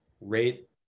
rate